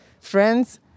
friends